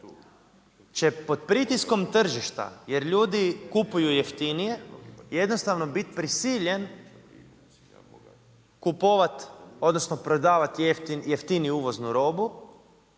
će pod pritiskom tržišta, jer ljudi kupuju jeftinije jednostavno biti prisiljen kupovati, odnosno prodavati jeftiniju uvoznu robu